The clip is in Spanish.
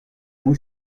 muy